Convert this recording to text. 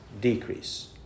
decrease